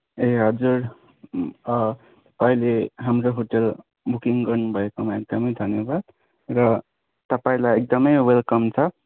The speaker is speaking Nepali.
ए हजुर अँ अहिले हाम्रो होटेल बुकिङ गर्नु भएकोमा एकदमै धन्यवाद र तपाईँलाई एकदमै वेलकम छ